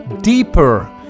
deeper